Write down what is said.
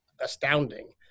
astounding